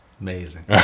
amazing